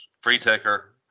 free-taker